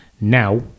Now